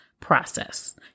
process